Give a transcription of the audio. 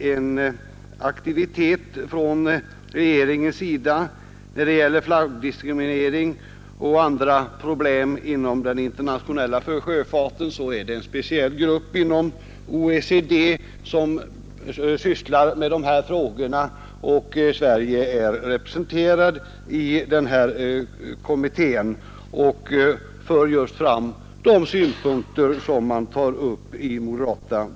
En speciell kommitté inom OECD behandlar frågorna om flaggdiskriminering och andra problem inom den internationella sjöfarten, och Sverige är representerat i den kommittén och för fram just de synpunkter som tas upp i motionen.